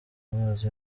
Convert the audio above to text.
amazi